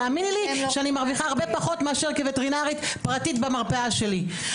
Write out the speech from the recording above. תאמיני לי שאני מרוויחה הרבה פחות מאשר כווטרינרית פרטית במרפאה שלי.